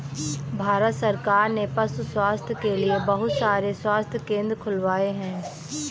भारत सरकार ने पशु स्वास्थ्य के लिए बहुत सारे स्वास्थ्य केंद्र खुलवाए हैं